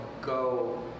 go